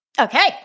Okay